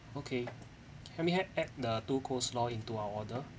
okay help me ad~ add the two coleslaw into our order